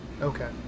Okay